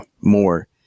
more